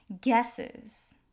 guesses